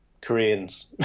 Koreans